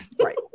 Right